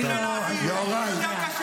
יותר קשה